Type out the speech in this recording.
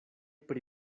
pri